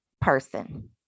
person